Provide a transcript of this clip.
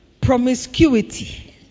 promiscuity